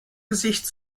gesicht